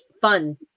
fun